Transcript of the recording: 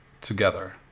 together